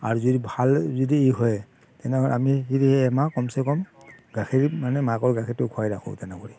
R যদি ভাল যদি হয় তেনেহ'লে আমি সেই দুই এমাহ কমচেকম গাখীৰ মানে মাকৰ গাখীৰটো খুৱাই ৰাখোঁ তেনে কৰি